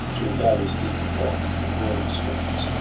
through valleys deep-engulph'd, with roaring streams.